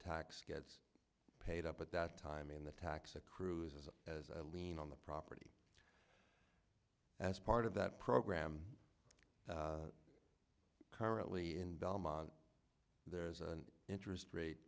ax gets paid up at that time in the tax a cruise as a as a lien on the property as part of that program currently in belmont there's an interest rate